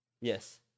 Yes